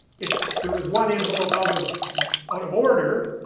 if there was one envelope out of out of order,